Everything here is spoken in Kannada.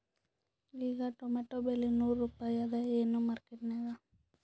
ಈಗಾ ಟೊಮೇಟೊ ಬೆಲೆ ನೂರು ರೂಪಾಯಿ ಅದಾಯೇನ ಮಾರಕೆಟನ್ಯಾಗ?